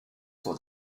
for